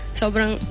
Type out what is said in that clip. sobrang